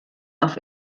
auf